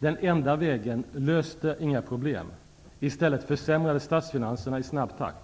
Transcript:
Den enda vägen löste inga problem. I stället försämrades statsfinanserna i snabb takt.